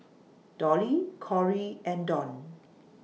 Dolly Kory and Dawn